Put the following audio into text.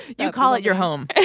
you call it your home.